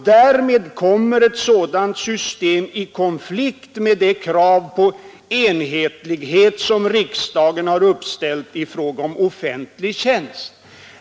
Därmed kommer ett sådant system i konflikt med det krav på enhetlighet som riksdagen har uppställt i fråga om offentlig tjänst.